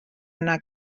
yna